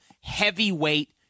heavyweight